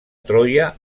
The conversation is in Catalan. troia